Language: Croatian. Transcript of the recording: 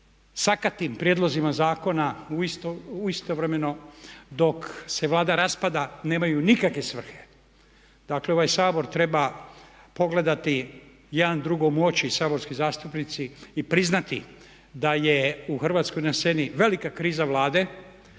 sakatim prijedlozima zakona istovremeno dok se Vlada rasprava nemaju nikakve svrhe. Dakle ovaj Sabor treba pogledati jedan drugom u oči, saborski zastupnici i priznati da je u Hrvatskoj na sceni velika kriza Vlade,